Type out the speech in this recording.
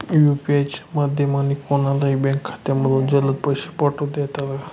UPI च्या माध्यमाने कोणलाही बँक खात्यामधून जलद पैसे पाठवता येतात का?